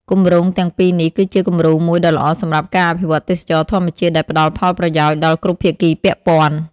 គម្រោងទាំងពីរនេះគឺជាគំរូមួយដ៏ល្អសម្រាប់ការអភិវឌ្ឍទេសចរណ៍ធម្មជាតិដែលផ្តល់ផលប្រយោជន៍ដល់គ្រប់ភាគីពាក់ព័ន្ធ។